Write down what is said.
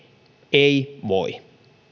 ei voi ilta